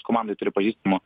komandoj turi pažįstamų